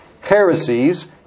heresies